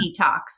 detox